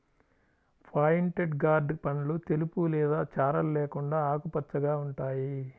pointed gourd పండ్లు తెలుపు లేదా చారలు లేకుండా ఆకుపచ్చగా ఉంటాయి